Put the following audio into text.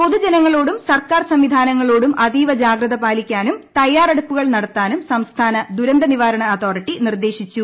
പൊതുജനങ്ങളോടും സർക്കാർ സംവിധാനങ്ങളോടും അതീവ ജാഗ്രത പാലിക്കാനും തയ്യറെടുപ്പുകൾ നടത്താനും സംസ്ഥാന ദുരന്ത നിവാരണ അതോറിറ്റി നിർദേശിച്ചു